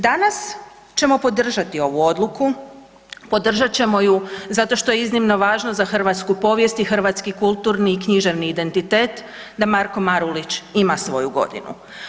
Danas ćemo podržati ovu odluku, podržat ćemo ju zato što je iznimno važno za hrvatsku povijest i hrvatski kulturni i književni identitet da Marko Marulić ima svoju godinu.